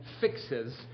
fixes